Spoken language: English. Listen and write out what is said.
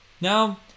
Now